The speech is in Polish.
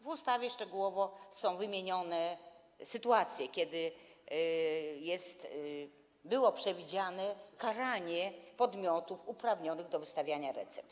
W ustawie szczegółowo są wymienione sytuacje, kiedy było przewidziane karanie podmiotów uprawnionych do wystawiania recept.